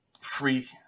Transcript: free